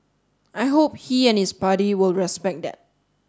I hope he and his party will respect that